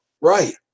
right